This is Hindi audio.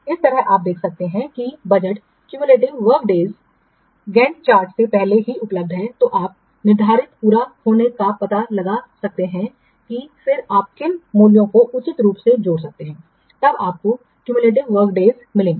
इस तरह आप यह देख सकते हैं कि budget cumulative work days gantt chart में पहले से ही उपलब्ध है तो आप निर्धारित पूरा होने का पता लगा सकते हैं और फिर आप किन मूल्यों को उचित रूप से जोड़ सकते हैं तब आपको क्यूमयूलेटिव वर्क डेज मिलेंगे